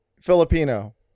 Filipino